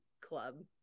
club